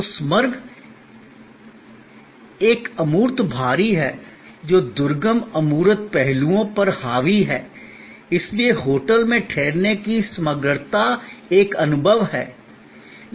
तो समग्र एक अमूर्त भारी है जो दुर्गम अमूर्त पहलुओं पर हावी है इसलिए होटल में ठहरने की समग्रता एक अनुभव है